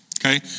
okay